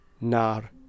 nar